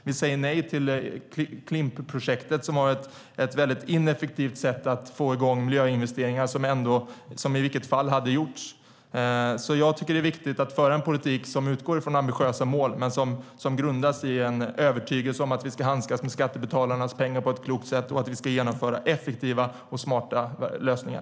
Vi säger nej till Klimpprojektet, som innebär ett mycket ineffektivt sätt att få i gång miljöinvesteringar som ändå skulle ha gjorts. Jag tycker att det är viktigt att föra en politik som utgår från ambitiösa mål men grundas i en övertygelse om att vi ska handskas med skattebetalarnas pengar på ett klokt sätt och genomföra effektiva och smarta lösningar.